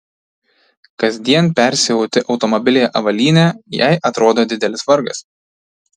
kasdien persiauti automobilyje avalynę jei atrodo didelis vargas